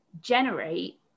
generate